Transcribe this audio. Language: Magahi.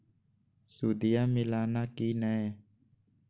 सुदिया मिलाना की नय?